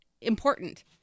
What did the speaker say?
important